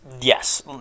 Yes